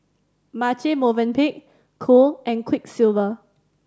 Marche Movenpick Cool and Quiksilver